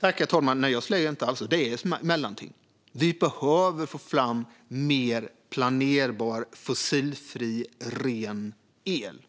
Herr talman! Nej, jag slirar inte alls. Det är ett mellanting. Vi behöver få fram mer planerbar, fossilfri, ren el,